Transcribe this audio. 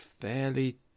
fairly